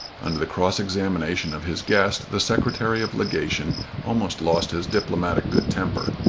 under the cross-examination of his guest the secretary of legation almost lost his diplomatic good temper.